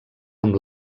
amb